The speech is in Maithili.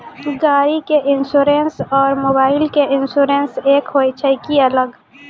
गाड़ी के इंश्योरेंस और मोबाइल के इंश्योरेंस एक होय छै कि अलग?